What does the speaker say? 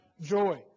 joy